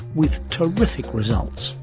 with terrific results.